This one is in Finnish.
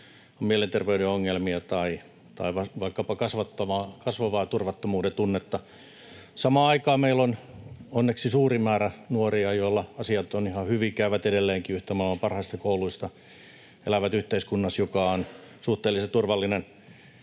mielenterveyden ongelmia tai vaikkapa kasvavaa turvattomuuden tunnetta. Samaan aikaan meillä on onneksi suuri määrä nuoria, joilla asiat ovat ihan hyvin: he käyvät edelleenkin yhtä maailman parhaista kouluista, elävät yhteiskunnassa, joka on suhteellisen turvallinen.